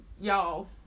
y'all